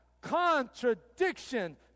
contradiction